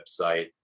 website